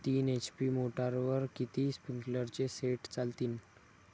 तीन एच.पी मोटरवर किती स्प्रिंकलरचे सेट चालतीन?